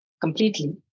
completely